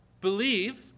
believe